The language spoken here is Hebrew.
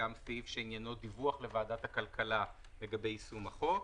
גם סעיף שעניינו דיווח לוועדת הכלכלה לגבי יישום החוק.